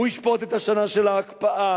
הוא ישפוט את השנה של ההקפאה,